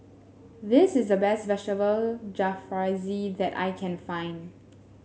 this is the best Vegetable Jalfrezi that I can find